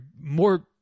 more